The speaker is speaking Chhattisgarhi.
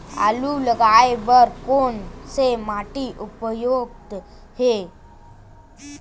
आलू लगाय बर कोन से माटी उपयुक्त हे?